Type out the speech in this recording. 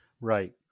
Right